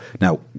now